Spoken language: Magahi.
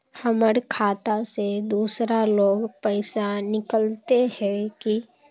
हमर खाता से दूसरा लोग पैसा निकलते है की?